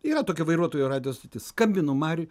yra tokia vairuotojų radijo stotis skambinu mariui